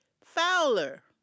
Fowler